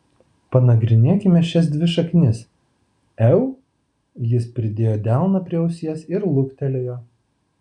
panagrinėkime šias dvi šaknis eu jis pridėjo delną prie ausies ir luktelėjo